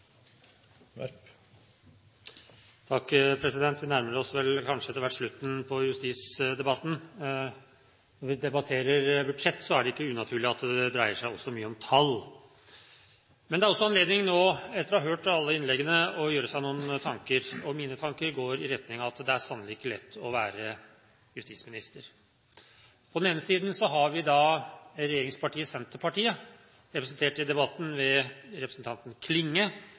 det ikke unaturlig at det også dreier seg mye om tall. Men det er også anledning til, etter å ha hørt alle innleggene, å gjøre seg noen tanker, og mine tanker går i retning av at det sannelig ikke er lett å være justisminister. På den ene siden har vi regjeringspartiet Senterpartiet, representert i debatten ved representanten Klinge,